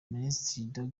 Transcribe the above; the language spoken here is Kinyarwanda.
minisitiri